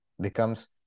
becomes